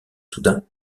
soudain